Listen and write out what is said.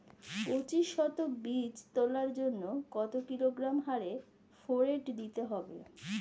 পঁচিশ শতক বীজ তলার জন্য কত কিলোগ্রাম হারে ফোরেট দিতে হবে?